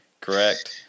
correct